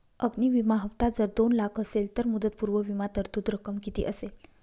अग्नि विमा हफ्ता जर दोन लाख असेल तर मुदतपूर्व विमा तरतूद रक्कम किती असेल?